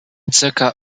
circa